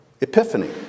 epiphany